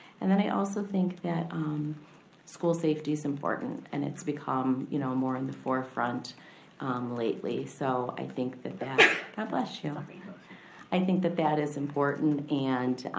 and then i also think that um school safety is important and it's become you know more in the forefront lately. so i think that that, god bless you. sorry. i think that that is important, and